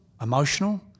emotional